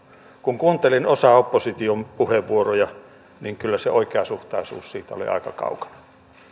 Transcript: kun kuuntelin osaa opposition puheenvuoroista niin kyllä se oikeasuhtaisuus siitä oli aika kaukana